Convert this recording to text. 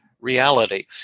reality